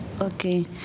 Okay